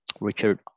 Richard